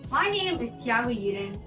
my name is tiago uden.